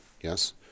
Yes